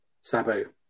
Sabu